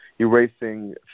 erasing